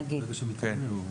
נגיד